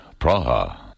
Praha